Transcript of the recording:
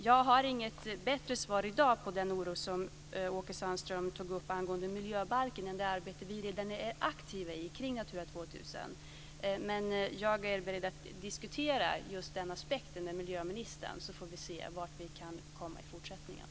Jag har inget bättre svar i dag att möta den oro med som Åke Sandström tog upp angående miljöbalken och det arbete vi redan är aktiva i när det gäller Natura 2000. Men jag är beredd att diskutera just den aspekten med miljöministern så får vi se vart vi kan komma i fortsättningen.